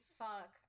fuck